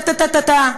טה-טה-טה-טה,